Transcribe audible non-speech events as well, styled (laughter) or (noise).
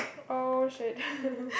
oh shit (laughs)